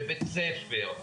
בבית ספר,